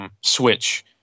switch